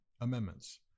amendments